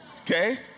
okay